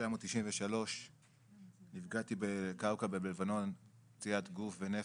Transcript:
ב-1993 נפגעתי בקרקע בלבנון פציעת גוף ונפש.